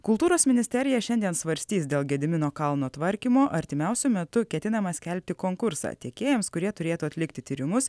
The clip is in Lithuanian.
kultūros ministerija šiandien svarstys dėl gedimino kalno tvarkymo artimiausiu metu ketinama skelbti konkursą tiekėjams kurie turėtų atlikti tyrimus